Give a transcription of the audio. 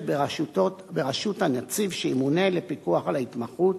בראשות הנציב שימונה לפיקוח על ההתמחות,